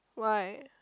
why